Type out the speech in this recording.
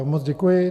Moc děkuji.